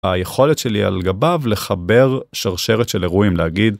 היכולת שלי על גביו לחבר שרשרת של אירועים להגיד